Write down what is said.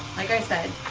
like i said,